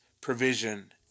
provision